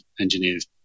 engineers